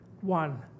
one